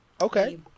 Okay